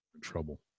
trouble